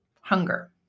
Hunger